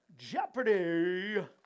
Jeopardy